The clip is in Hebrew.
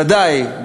ודאי,